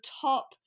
top